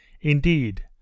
Indeed